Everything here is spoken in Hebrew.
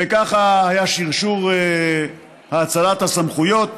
וככה היה שרשור האצלת הסמכויות,